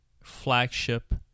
flagship